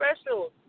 special